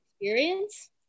experience